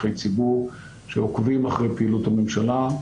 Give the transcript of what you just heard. שליחי ציבור שעוקבים אחרי פעילות הממשלה,